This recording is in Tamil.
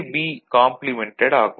B காம்ப்ளிமெண்டட் ஆகும்